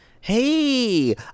Hey